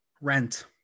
Rent